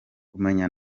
kumenya